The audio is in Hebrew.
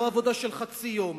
לא עבודה של חצי יום,